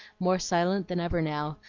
more silent than ever now,